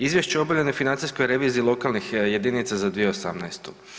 Izvješće o obavljenoj financijskoj reviziji lokalnih jedinica za 2018.